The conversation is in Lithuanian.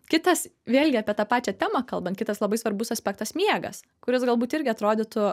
kitas vėlgi apie tą pačią temą kalbant kitas labai svarbus aspektas miegas kuris galbūt irgi atrodytų